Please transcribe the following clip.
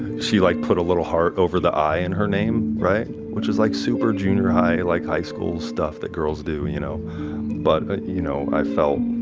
she like put a little heart over the i in her name, which is like super junior high, like high school stuff that girls do. you know but but, you know, i felt